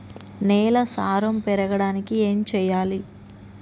నేల సారం పెరగడానికి ఏం చేయాలి?